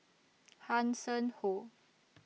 Hanson Ho